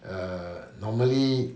err normally